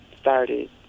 started